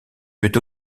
peut